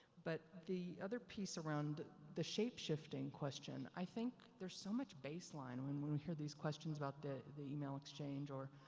but the other piece around the shapeshifting question, i think there's so much baseline when, when we hear these questions about the the e-mail exchange or,